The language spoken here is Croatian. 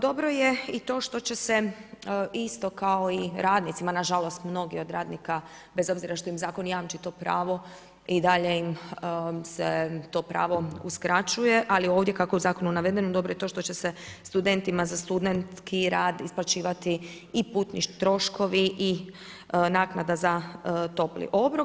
Dobro je i to što će se isto kao i radnicima, nažalost, mnogi od radnika, bez obzira što im zakon jamči to pravo, i dalje im se to pravo uskraćuje, ali ovdje kako je u zakonu navedeno, dobro je to, što će se studentima, za studentski rad, isplaćivati i putni troškovi i naknada za topli obrok.